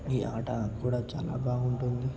ఈ ఆట కూడా చాలా బాగుంటుంది